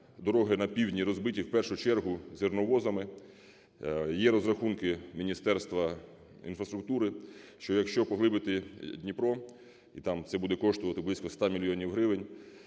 дороги на півдні розбиті в першу чергу зерновозами. Є розрахунки Міністерства інфраструктури, що якщо поглибити Дніпро (це буде коштувати близько 100 мільйонів